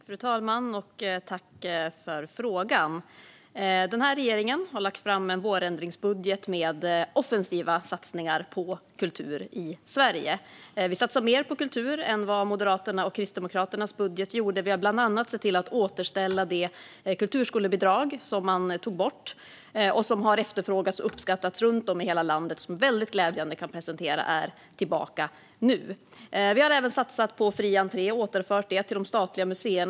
Fru talman! Tack för frågan! Regeringen har lagt fram en vårändringsbudget med offensiva satsningar på kultur i Sverige. Vi satsar mer på kultur än Moderaterna och Kristdemokraterna gjorde i sin budget. Vi har bland annat sett till att återställa det kulturskolebidrag som man tog bort och som har uppskattats och efterfrågats runt om i hela landet. Det är väldigt glädjande att kunna meddela att det nu är tillbaka. Vi har även satsat på att återinföra fri entré på de statliga museerna.